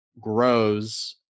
grows